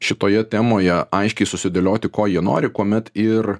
šitoje temoje aiškiai susidėlioti ko jie nori kuomet ir